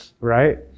right